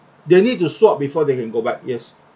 they need to swap before they can go back yes